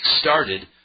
started